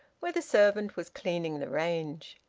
where the servant was cleaning the range.